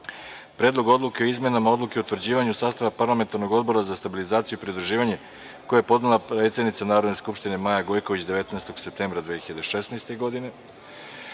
Predlogu odluke o izmenama Odluke o utvrđivanju sastava Parlamentarnog odbora za stabilizaciju i pridruživanje, koji je podnela predsednica Narodne skupštine Maja Gojković, od 19. septembra 2016. godine,